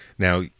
Now